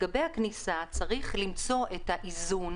לזה צריך למצוא את האיזון